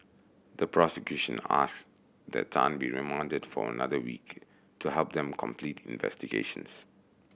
the prosecution asked that Tan be remanded for another week to help them complete investigations